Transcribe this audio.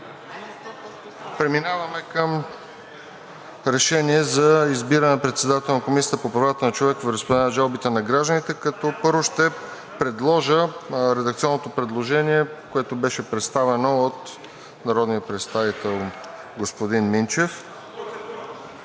Преминаваме към Решение за избиране на председател на Комисията по правата на човека, вероизповеданията и жалбите на гражданите, като първо ще предложа редакционното предложение, което беше представено от народния представител господин Минчев.